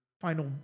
final